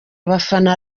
abafana